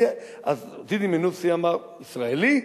דידי מנוסי אמר: ישראלי,